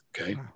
okay